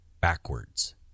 backwards